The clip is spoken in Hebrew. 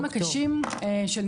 המקרים הקשים שתכף נגיע אליהם,